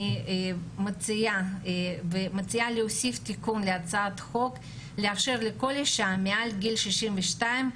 אני מציעה להוסיף תיקון להצעת החוק ולאפשר לכל אישה מעל גיל 62,